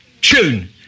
tune